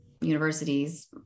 universities